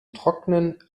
trocknen